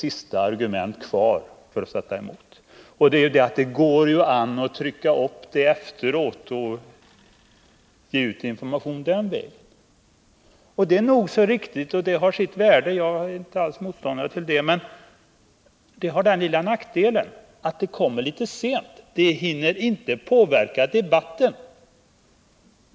Det argument mot förslaget som återstår är att det går an att efteråt trycka upp en skriftlig redogörelse av utskottsbehandlingen och ge information den vägen. Det är nog riktigt, och det har sitt värde. Jag är inte alls motståndare till det, men det har den nackdelen att informationen kommer litet sent. Den hinner inte påverka debatten.